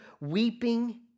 weeping